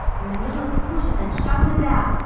in the middle of pushin' an' shovin' about,